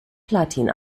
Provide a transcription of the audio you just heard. platin